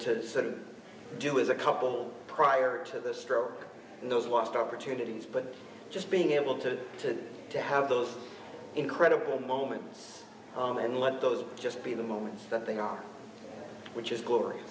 to do is a couple prior to the stroke and those lost opportunities but just being able to to to have those incredible moments and let those just be the moments that they are which is